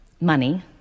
Money